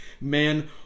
man